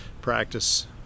practice